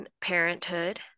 Parenthood